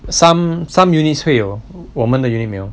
some some units 会有我们的 unit 没有